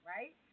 Right